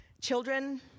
children